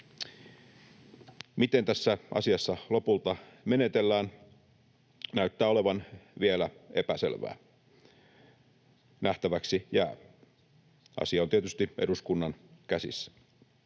Miten tässä asiassa lopulta menetellään, näyttää olevan vielä epäselvää. Nähtäväksi jää. Asia on tietysti eduskunnan käsissä.